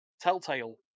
Telltale